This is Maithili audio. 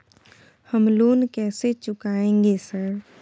हम लोन कैसे चुकाएंगे सर?